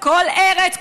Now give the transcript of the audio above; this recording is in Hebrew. בכל ארץ,